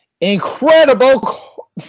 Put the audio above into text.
incredible